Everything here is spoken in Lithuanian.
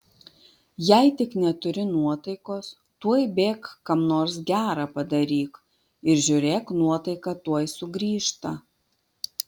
jei tik neturi nuotaikos tuoj bėk kam nors gera padaryk ir žiūrėk nuotaika tuoj sugrįžta